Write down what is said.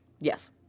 Yes